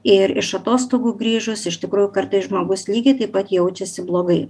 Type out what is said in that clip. ir iš atostogų grįžus iš tikrųjų kartais žmogus lygiai taip pat jaučiasi blogai